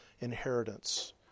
inheritance